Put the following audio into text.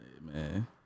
man